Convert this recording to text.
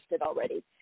already